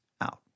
out